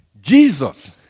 Jesus